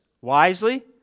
wisely